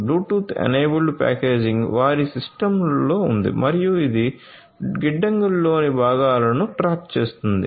Bluetooth enabled packaging వారి సిస్టమ్లో ఉంది మరియు ఇది గిడ్డంగులలోని భాగాలను ట్రాక్ చేస్తుంది